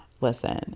listen